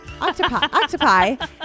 octopi